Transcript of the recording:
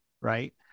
right